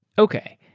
okay.